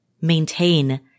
maintain